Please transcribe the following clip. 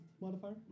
modifier